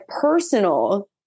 personal